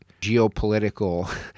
geopolitical